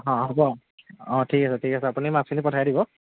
অঁ হ'ব অঁ ঠিক আছে ঠিক আছে আপুনি মাছখিনি পঠাই দিব